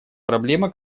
проблема